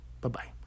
Bye-bye